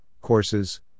courses